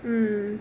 mm